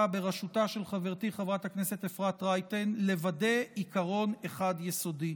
בראשותה של חברתי אפרת רייטן לוודא עיקרון אחד יסודי: